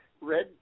red